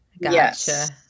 Yes